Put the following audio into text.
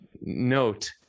note